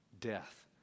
Death